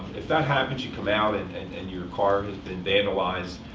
if that happens, you come out, and and and your car has been vandalized,